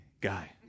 guy